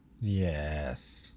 Yes